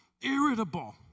irritable